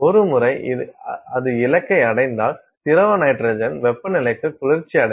ஒருமுறை அது இலக்கை அடைந்தால் திரவ நைட்ரஜன் வெப்பநிலைக்கு குளிர்ச்சியடையும்